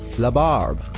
la barbe!